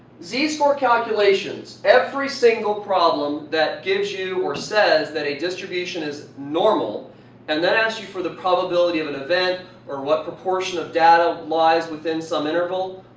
z score calculation, every single problem that gives you or says that a distribution is normal and then asks you for the probability of an event or what proportion of data lies within some interval,